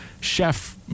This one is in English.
chef